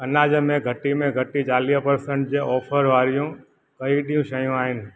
अनाज में घटि में घटि चालीह परसंट जे ऑफर वारियूं कहिड़ियूं शयूं आहिनि